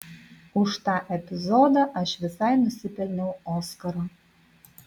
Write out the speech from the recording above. už tą epizodą aš visai nusipelniau oskaro